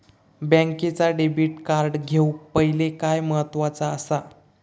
बँकेचा debit card घेउक पाहिले काय महत्वाचा असा?